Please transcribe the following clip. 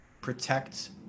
protect